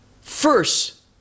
First